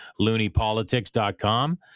loonypolitics.com